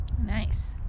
Nice